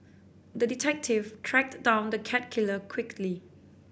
the detective tracked down the cat killer quickly